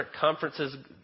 conferences